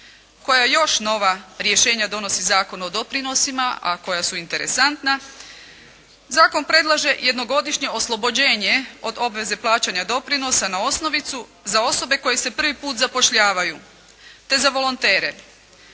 Koja još nova rješenja donosi Zakon o doprinosima a koja su interesantna? Zakon predlaže jednogodišnje oslobođenje od obveze plaćanja doprinosa na osnovicu za osobe koje se prvi put zapošljavaju, te za volontere.